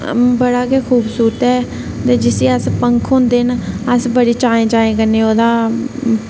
बडा गै खूबसूरत ऐ ते जिसी अस पंक्ख होंदे ना अस बडे़ चाएं चाएं कन्नै ओहदा